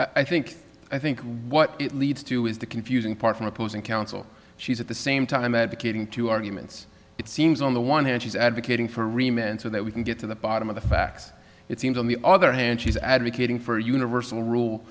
closure i think i think what it leads to is the confusing part from opposing counsel she's at the same time advocating two arguments it seems on the one hand she's advocating for remained so that we can get to the bottom of the facts it seems on the other hand she's advocating for universal rule